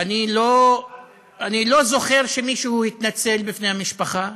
אני לא זוכר שמישהו התנצל בפני המשפחה.